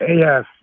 Yes